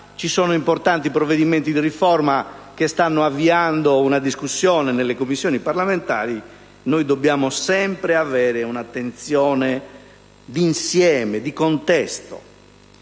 Ci sono poi importanti provvedimenti di riforma su cui si sta avviando la discussione nelle Commissioni parlamentari, e noi dobbiamo sempre avere un'attenzione d'insieme e di contesto.